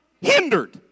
hindered